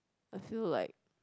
I feel like